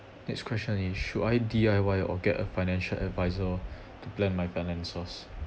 next question is should I D_I_Y or get a financial adviser to plan my finances